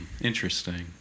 Interesting